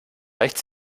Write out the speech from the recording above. reicht